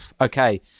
okay